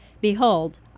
Behold